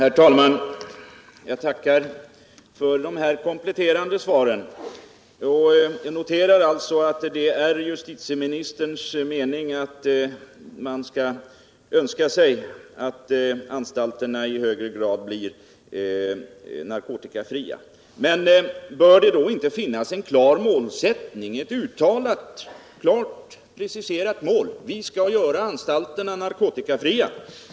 Herr talman! Jag tackar för de kompletterande beskeden. Jag noterar att det alltså är justitieministerns önskan att anstalterna i högre grad skall bli narkotikafria. Men bör det då inte finnas ett klart preciserat mål: att vi skall göra anstalterna narkotikafria?